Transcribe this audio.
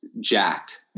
jacked